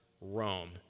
Rome